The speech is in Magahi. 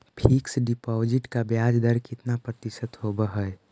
फिक्स डिपॉजिट का ब्याज दर कितना प्रतिशत होब है?